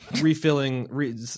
refilling